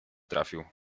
trafił